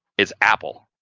it's apple,